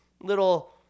little